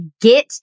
Get